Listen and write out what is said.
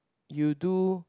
you do